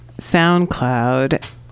SoundCloud